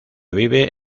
vive